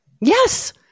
Yes